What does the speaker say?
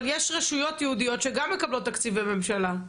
אבל יש רשויות יהודיות שגם מקבלות תקציבי ממשלה.